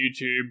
YouTube